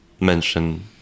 mention